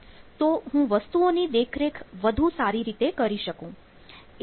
તો હું વસ્તુઓ ની દેખરેખ વધુ સારી રીતે કરી શકું